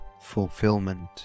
fulfillment